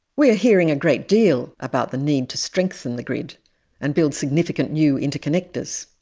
we are hearing a great deal about the need to strengthen the grid and build significant new interconnectors.